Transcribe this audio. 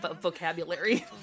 vocabulary